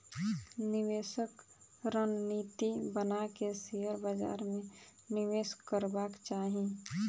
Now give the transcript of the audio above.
निवेशक रणनीति बना के शेयर बाजार में निवेश करबाक चाही